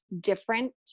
different